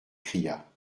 cria